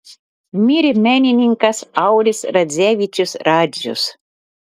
mirė menininkas auris radzevičius radzius